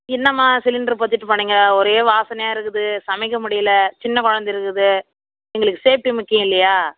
என்னம்மா சிலிண்டர் பொருத்திவிட்டு போனீங்க ஒரே வாசனையாக இருக்குது சமைக்க முடியல சின்ன குழந்த இருக்குது எங்களுக்கு சேஃப்டி முக்கியம் இல்லையா